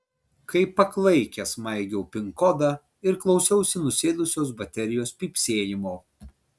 kaip paklaikęs maigiau pin kodą ir klausiausi nusėdusios baterijos pypsėjimo